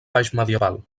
baixmedieval